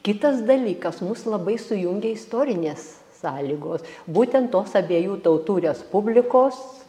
kitas dalykas mus labai sujungia istorinės sąlygo būtent tos abiejų tautų respublikos